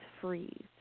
freeze